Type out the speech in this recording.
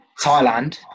Thailand